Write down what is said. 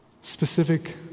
specific